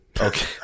Okay